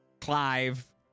Clive